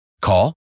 Call